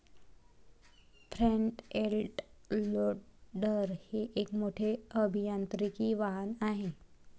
front end loader हे एक मोठे अभियांत्रिकी वाहन आहे